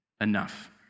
enough